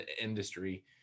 industry